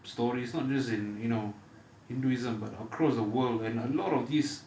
stories not just in you know hinduism but across the world and a lot of these